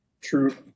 true